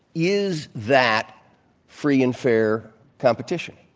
is that free and fair competition?